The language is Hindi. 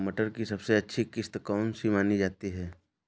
मटर की सबसे अच्छी किश्त कौन सी मानी जाती है?